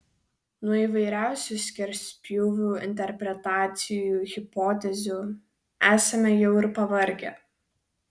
nuo įvairiausių skerspjūvių interpretacijų hipotezių esame jau ir pavargę